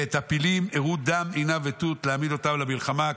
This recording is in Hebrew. ואת הפילים הראו דם ענב ותות להעמיד אותם למלחמה".